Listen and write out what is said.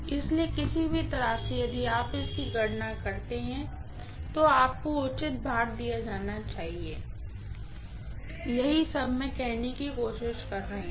इसलिए किसी भी तरह से यदि आप इसकी गणना करते हैं तो आपको उचित भार दिया जाना चाहिए यही सब मैं कहने की कोशिश कर रही हूँ